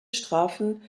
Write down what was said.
strafen